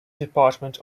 department